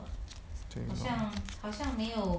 对 lor